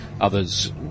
Others